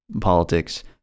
politics